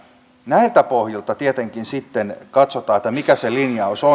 näiltä pohjilta tietenkin sitten katsotaan mikä se linjaus on